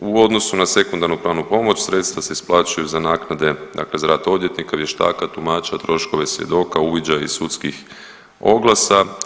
U odnosu na sekundarnu pravnu pomoć sredstva se isplaćuju za naknade, dakle za rad odvjetnika, vještaka, tumača, troškove svjedoka, uviđaje i sudskih oglasa.